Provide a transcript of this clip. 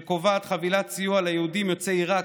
שקובעת חבילת סיוע ליהודים יוצאי עיראק,